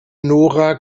nora